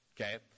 Okay